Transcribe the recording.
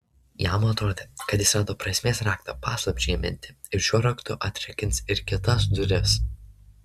jam atrodė kad jis rado prasmės raktą paslapčiai įminti ir šiuo raktu atrakins ir kitas duris